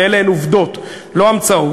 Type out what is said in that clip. ואלה הן עובדות, לא המצאות.